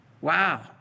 Wow